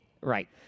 Right